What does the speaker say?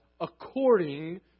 according